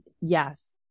yes